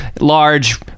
large